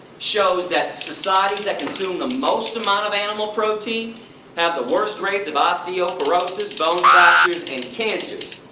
shows that societies that consume the most amount of animal protein have the worst rates of osteoporosis, bone fractures and cancers.